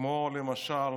כמו למשל